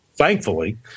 Thankfully